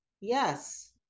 Yes